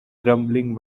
grumbling